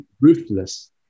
ruthless